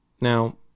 Now